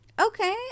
Okay